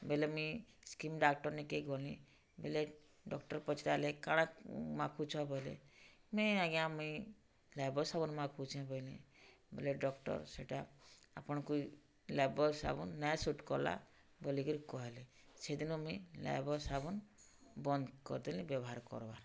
ବେଲେ ମୁଇଁ skin doctor ନିକେ ଗଲି ବେଲେ ଡକ୍ଟର୍ ପଚ୍ରାଲେ କାଣା ମାଖୁଚ ବଏଲେ ନାଇଁ ଆଜ୍ଞା ମୁଇଁ ଲାଇଫ୍ବଏ ସାବୁନ୍ ମାକୁଛେଁ ବଏଲି ବେଲେ ଡକ୍ଟର୍ ସେଟା ଆପଣ୍ଙ୍କୁ ଲାଇଫ୍ବଏ ସାବୁନ୍ ନାଇଁ ସୁଟ୍ କଲା ବଲିକିରି କହେଲେ ସେଦିନ ମୁଇଁ ଲାଇଫ୍ବଏ ସାବୁନ୍ ବନ୍ଦ୍ କରିଦେଲି ବ୍ୟବହାର୍ କର୍ବାର୍